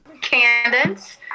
Candace